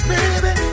Baby